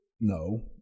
No